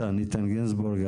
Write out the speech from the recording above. איתן גינזבורג,